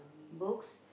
books